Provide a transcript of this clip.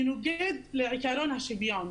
מנוגד לעיקרון השוויון.